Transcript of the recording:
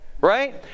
right